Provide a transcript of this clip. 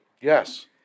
Yes